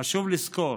חשוב לזכור